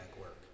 work